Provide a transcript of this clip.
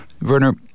Werner